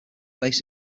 based